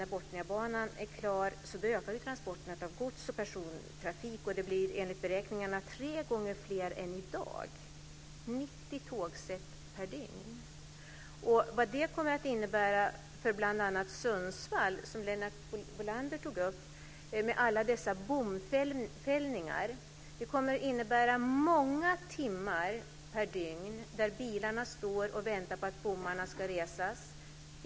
När Botniabanan är klar ökar ju transporterna av gods och persontrafik, och det blir enligt beräkningarna tre gånger fler tågset än i dag: 90 tågset per dygn. Vad kommer det att innebära för bl.a. Sundsvall, som Lennart Bolander tog upp, med alla dessa bomfällningar? Det kommer att innebära många timmar per dygn då bilarna står och väntar på att bommarna ska resas.